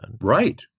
Right